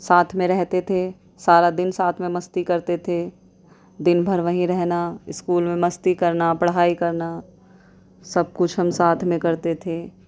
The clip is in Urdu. ساتھ میں رہتے تھے سارا دن ساتھ میں مستی کرتے تھے دن بھر وہیں رہنا اسکول میں مستی کرنا پڑھائی کرنا سب کچھ ہم ساتھ میں کرتے تھے